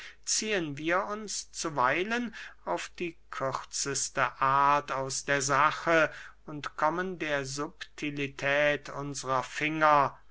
ziehen wir uns zuweilen auf die kürzeste art aus der sache und kommen der subtilität unsrer finger